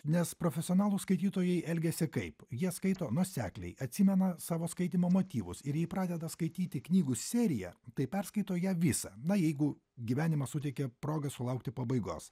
nes profesionalūs skaitytojai elgiasi kaip jie skaito nuosekliai atsimena savo skaitymo motyvus ir jei pradeda skaityti knygų serija tai perskaito ją visą na jeigu gyvenimas suteikia progą sulaukti pabaigos